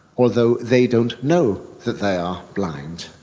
although they don't know that they are blind.